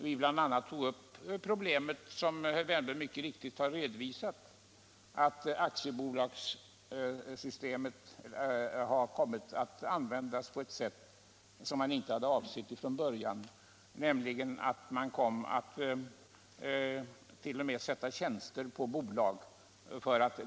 Vi tog där, som herr Wärnberg mycket riktigt redovisat, upp problemet att aktiebolagsformen kommit att användas på ett sätt som man inte hade avsett från början. Man kom att t.o.m. sätta tjänster på bolag.